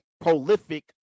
prolific